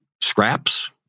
scraps